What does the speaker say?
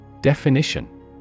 Definition